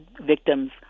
victims